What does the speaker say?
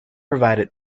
provided